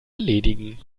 erledigen